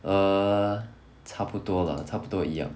err 差不多 lah 差不多一样